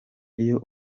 iyo